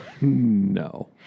No